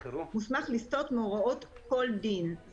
מוסמך לסטות מהוראות כל דין.